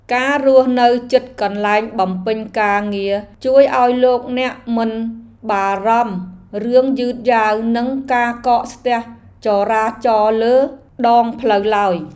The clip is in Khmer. ការរស់នៅជិតកន្លែងបំពេញការងារជួយឱ្យលោកអ្នកមិនបារម្ភរឿងយឺតយ៉ាវនិងការកកស្ទះចរាចរណ៍លើដងផ្លូវឡើយ។